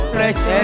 Fresh